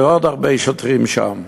ועוד הרבה שוטרים שם.